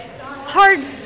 hard